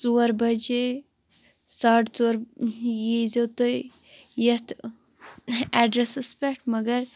ژور بَجے ساڑٕ ژور ییٖزیو تُہۍ یَتھ ایڈرَسَس پٮیٹھ مَگر